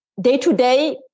day-to-day